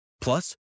Plus